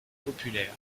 populaires